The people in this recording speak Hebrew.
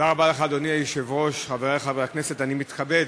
אדוני היושב-ראש, חברי חברי הכנסת, אני מתכבד